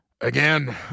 Again